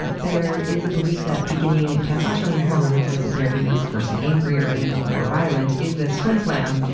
and there is a belief that beginning testosterone hormone replacement therapy makes a person angrier and or more violent. is this flimflam?